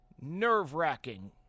nerve-wracking